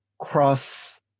cross